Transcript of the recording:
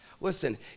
Listen